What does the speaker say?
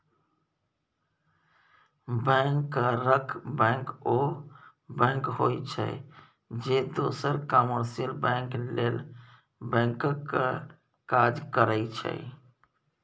बैंकरक बैंक ओ बैंक होइ छै जे दोसर कामर्शियल बैंक लेल बैंकक काज करै छै